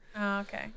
okay